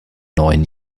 neuen